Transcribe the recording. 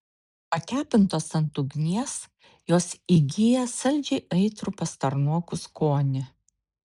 pakepintos ant ugnies jos įgyja saldžiai aitrų pastarnokų skonį